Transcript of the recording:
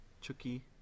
Chucky